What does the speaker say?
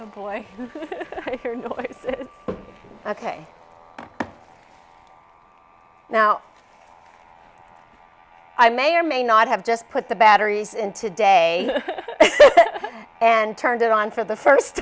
boy ok now i may or may not have just put the batteries in today and turned it on for the first